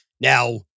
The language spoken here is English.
Now